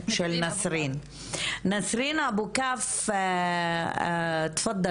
לנסרין אבו כף, בבקשה.